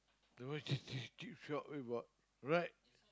the one cheap cheap cheap shop got right